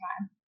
time